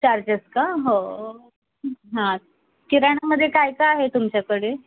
charges का हो हां किराणामध्ये काय काय आहे तुमच्याकडे